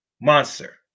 monster